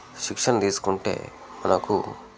శిక్షణ తీసుకుంటే నాకు